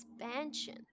expansion